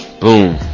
boom